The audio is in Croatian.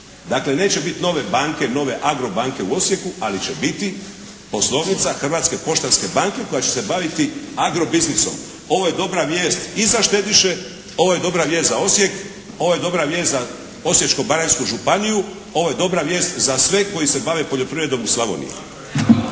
Dakle, neće biti nove banke, nove "Agrobanke" u Osijeku ali će biti poslovnica Hrvatske poštanske banke koja će se baviti agro biznisom. Ovo je dobra vijest i za štediše, ovo je dobra vijest za Osijek, ovo je dobra vijest za Osječko-baranjsku županiju, ovo je dobra vijest za sve koji se bave poljoprivredom u Slavoniji.